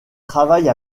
travaille